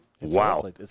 Wow